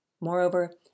Moreover